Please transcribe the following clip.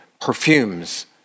perfumes